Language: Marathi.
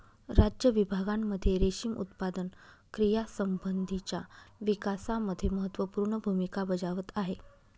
राज्य विभागांमध्ये रेशीम उत्पादन क्रियांसंबंधीच्या विकासामध्ये महत्त्वपूर्ण भूमिका बजावत आहे